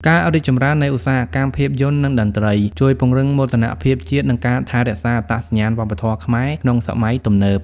ការរីកចម្រើននៃឧស្សាហកម្មភាពយន្ត និងតន្ត្រី ជួយពង្រឹងមោទនភាពជាតិ និងការថែរក្សាអត្តសញ្ញាណវប្បធម៌ខ្មែរក្នុងសម័យទំនើប។